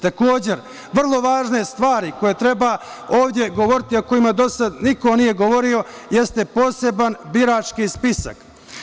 Takođe, vrlo važne stvari koje treba ovde govoriti, a o kojima do sada niko nije govorio, jeste poseban birački spisak.